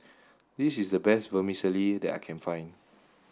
this is the best Vermicelli that I can find